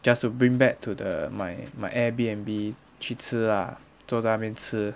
just to bring back to the my my airbnb 去吃 ah 坐在那边吃